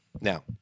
Now